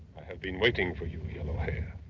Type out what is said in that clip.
have been waiting for you, yellow hair.